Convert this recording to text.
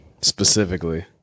specifically